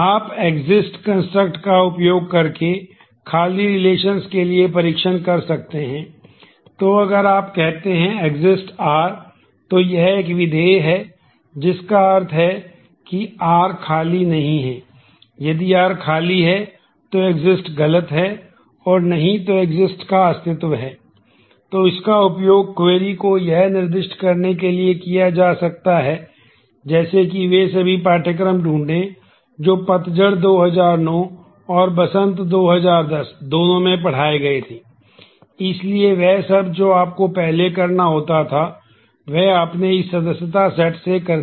आप exits construct से कर दिया